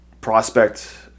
prospect